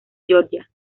georgia